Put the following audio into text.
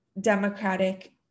Democratic